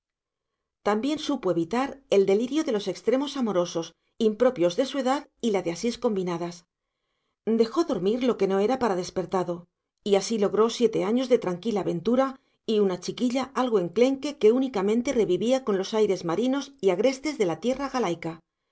también supo evitar el delirio de los extremos amorosos impropios de su edad y la de asís combinadas dejó dormir lo que no era para despertado y así logró siete años de tranquila ventura y una chiquilla algo enclenque que únicamente revivía con los aires marinos y agrestes de la tierra